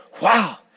wow